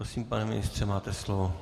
Prosím, pane ministře, máte slovo.